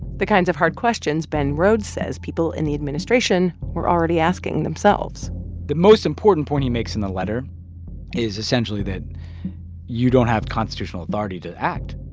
the kinds of hard questions ben rhodes says people in the administration were already asking themselves the most important point he makes in the letter is essentially that you don't have constitutional authority to act.